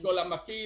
אשכול עמקים,